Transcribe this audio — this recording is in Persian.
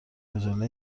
مجله